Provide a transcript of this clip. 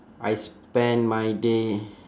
I spend my day